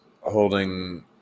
holding